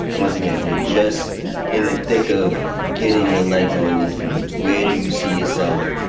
once again, you're just in the thick of getting your legs underneath you. where do you see yourself?